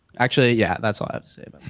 actually, yeah, that's all i have to say. but